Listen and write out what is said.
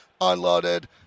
unloaded